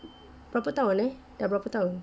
berapa tahun eh berapa tahun